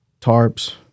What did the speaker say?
tarps